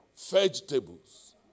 Vegetables